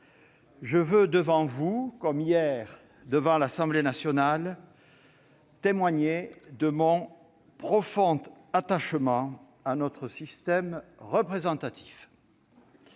Devant vous, comme hier devant l'Assemblée nationale, je veux témoigner de notre profond attachement à notre système représentatif.